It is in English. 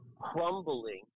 crumbling